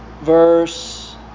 Verse